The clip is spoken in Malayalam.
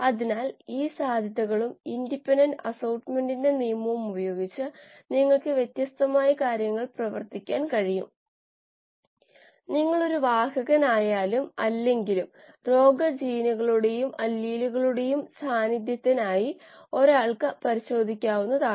അതിനാൽ ഈ തത്വമനുസരിച്ച് നിങ്ങൾ ഈ വശത്തെ ഇലക്ട്രോണുകളുടെ എണ്ണം കണക്കാക്കുകയാണെങ്കിൽ അത് ഈ വശത്തെ ഇലക്ട്രോണുകളുടെ എണ്ണത്തിന് തുല്യമായിരിക്കണം